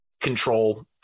control